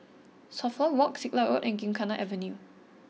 Suffolk Walk Siglap Road and Gymkhana Avenue